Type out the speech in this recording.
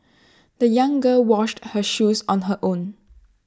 the young girl washed her shoes on her own